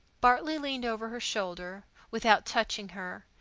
bartley leaned over her shoulder, without touching her,